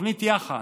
בתוכנית "יחד"